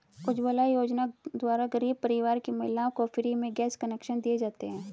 उज्जवला योजना द्वारा गरीब परिवार की महिलाओं को फ्री में गैस कनेक्शन दिए जाते है